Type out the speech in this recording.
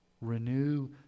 Renew